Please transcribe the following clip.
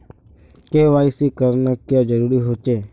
KYC करना क्याँ जरुरी होचे?